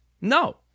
No